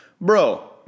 Bro